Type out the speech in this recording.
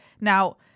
Now